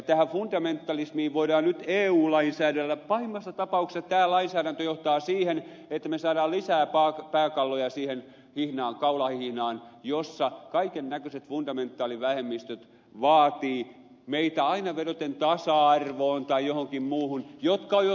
tähän fundamentalismiin voidaan nyt eu lainsäädännöllä vastata mutta pahimmassa tapauksessa tämä lainsäädäntö johtaa siihen että me saamme lisää pääkalloja siihen kaulahihnaan jossa kaiken näköiset fundamentaalivähemmistöt vaativat meiltä aina vedoten tasa arvoon tai johonkin muuhun jotka ovat jo toteutuneet